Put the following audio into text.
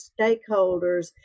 stakeholders